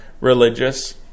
religious